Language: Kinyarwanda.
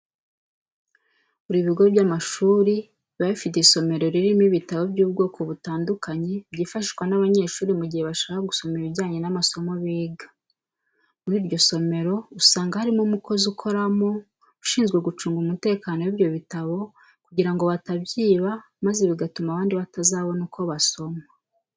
Buri bigo by'amashuri biba bifite isomero ririmo ibitabo by'ubwoko butandukanye byifashishwa n'abanyeshuri mu gihe bashaka gusoma ibijyanye n'amasomo biga. Muri iryo somero usanga harimo umukozi ukoramo ushinzwe gucunga umutekano w'ibyo bitabo kugira ngo batabyiba maze bigatuma abandi batazabona uko basoma.